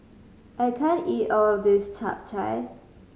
I can't eat all of this Chap Chai